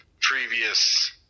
previous